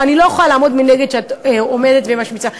אבל אני לא יכולה לעמוד מנגד כשאת עומדת ומשמיצה.